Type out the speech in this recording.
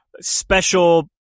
special